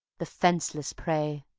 the fenceless prey.